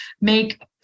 make